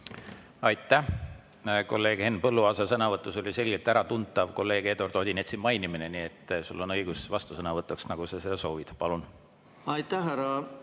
Aitäh! Kolleeg Henn Põlluaasa sõnavõtus oli selgelt äratuntav kolleeg Eduard Odinetsi mainimine, nii et sul on õigus vastusõnavõtuks, nagu sa seda soovid. Palun! Aitäh!